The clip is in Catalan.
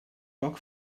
poc